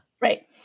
Right